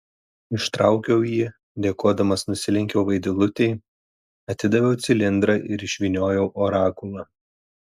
ištraukiau jį dėkodamas nusilenkiau vaidilutei atidaviau cilindrą ir išvyniojau orakulą